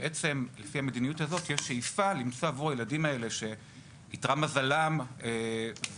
לפי המדיניות הזאת יש שאיפה למצוא עבור הילדים האלה שאתרע מזלם בחייהם,